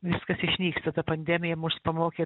viskas išnyksta ta pandemija mus pamokė